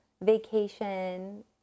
vacation